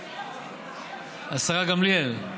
השרה גמליאל,